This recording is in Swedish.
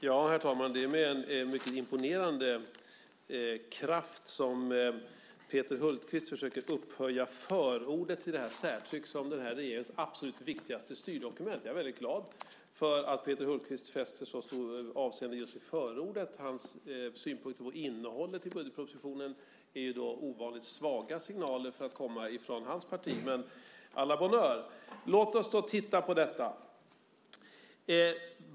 Herr talman! Det är med en mycket imponerande kraft som Peter Hultqvist försöker upphöja förordet till det här särtrycket som den här regeringens absolut viktigaste styrdokument. Jag är väldigt glad för att Peter Hultqvist fäster så stor vikt just vid förordet. Hans synpunkter på innehållet i budgetpropositionen är då ovanligt svaga signaler för att komma från hans parti. Men à la bonne heure - låt oss då titta på detta!